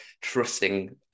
Trusting